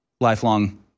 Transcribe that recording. lifelong